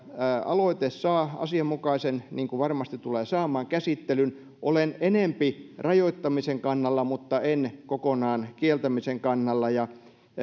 aloite saa asianmukaisen käsittelyn niin kuin varmasti tulee saamaan olen enempi rajoittamisen kannalla mutta en kokonaan kieltämisen kannalla